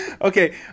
Okay